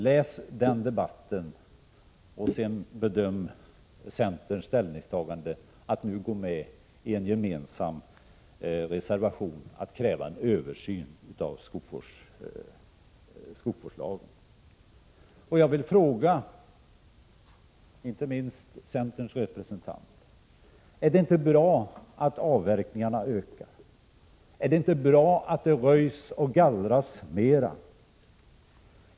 Läs denna debatt, och bedöm sedan centerns ställningstagande när det gäller att nu ansluta sig till en gemensam borgerlig reservation i vilken man kräver en översyn av skogsvårdslagen. Jag vill fråga inte minst centerns representant: Är det inte bra att avverkningarna ökar? Är det inte bra att det röjs och gallras mer?